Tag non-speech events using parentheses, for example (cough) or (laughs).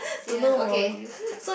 serious okay (laughs)